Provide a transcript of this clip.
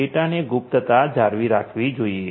ડેટાની ગુપ્તતા જાળવી રાખવી જોઈએ